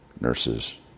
nurses